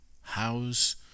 house